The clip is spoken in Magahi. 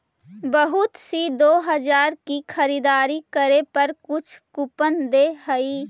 बहुत सी दो हजार की खरीदारी करे पर कुछ कूपन दे हई